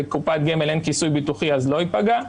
בקופת גמל אין כיסוי ביטוחי אז לא ייפגע,